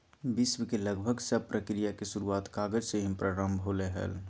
विश्व के लगभग सब प्रक्रिया के शुरूआत कागज से ही प्रारम्भ होलय हल